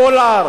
הדולר